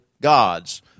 God's